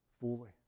fully